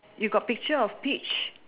you got picture of peach